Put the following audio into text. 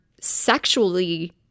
sexually